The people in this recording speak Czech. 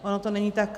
Ono to není tak...